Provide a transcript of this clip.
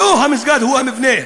המסגד הוא לא המבנה,